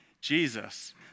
Jesus